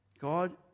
God